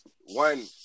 one